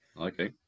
Okay